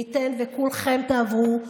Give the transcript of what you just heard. מי ייתן וכולכם תעברו,